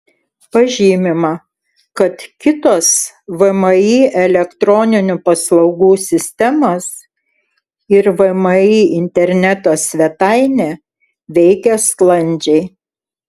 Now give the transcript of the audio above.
pažymima kad kitos vmi elektroninių paslaugų sistemos ir vmi interneto svetainė veikia sklandžiai